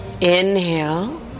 Inhale